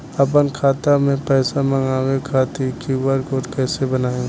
आपन खाता मे पैसा मँगबावे खातिर क्यू.आर कोड कैसे बनाएम?